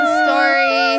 story